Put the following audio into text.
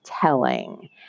telling